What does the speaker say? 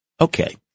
Okay